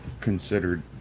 considered